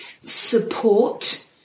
support